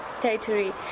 territory